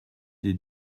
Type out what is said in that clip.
des